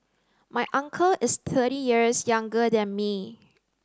my uncle is thirty years younger than me